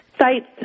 Sites